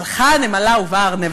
הלכה הנמלה ובאה הארנבת.